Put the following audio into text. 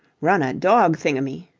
run a dog-thingummy,